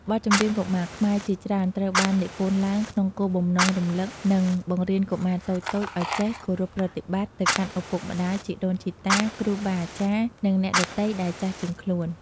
បទចម្រៀងកុមារខ្មែរជាច្រើនត្រូវបាននិពន្ធឡើងក្នុងគោលបំណងរំលឹក និងបង្រៀនកុមារតូចៗឲ្យចេះ គោរពប្រតិបត្តិ ទៅកាន់ឪពុកម្ដាយ ជីដូនជីតា គ្រូបាអាចារ្យ និងអ្នកដទៃដែលចាស់ជាងខ្លួន។